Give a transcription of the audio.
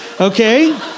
okay